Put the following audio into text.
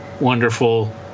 wonderful